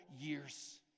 years